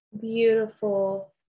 beautiful